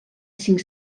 cinc